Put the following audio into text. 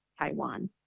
Taiwan